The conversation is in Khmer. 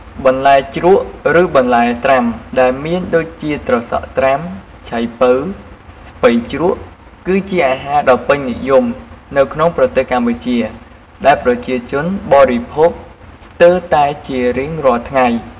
បន្លែជ្រក់ឬបន្លែត្រាំដែលមានដូចជាត្រសក់ត្រាំ ឆៃប៉ូវ ស្ពៃជ្រក់ គឺជាអាហារដ៏ពេញនិយមនៅក្នុងប្រទេសកម្ពុជាដែលប្រជាជនបរិភោគស្ទេីរតែជារៀងរាល់ថ្ងៃ។